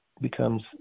becomes